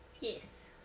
Yes